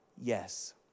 yes